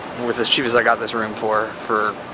with as cheap as i got this room for, for